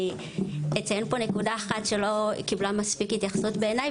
אציין פה נקודה אחת שלא קיבלה מספיק התייחסות בעיני,